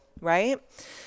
right